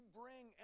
bring